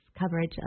coverage